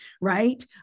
right